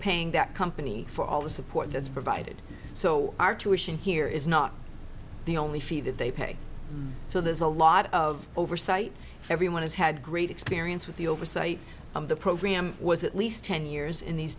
paying that company for all the support that's provided so our tuition here is not the only fee that they pay so there's a lot of oversight everyone has had great experience with the oversight of the program was at least ten years in these